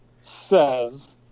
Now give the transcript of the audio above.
says